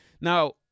Now